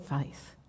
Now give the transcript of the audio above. faith